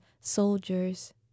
soldiers